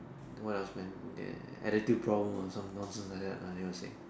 what else man eh attitude problem some nonsense like that lah they will say